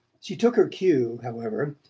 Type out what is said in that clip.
she took her cue, however,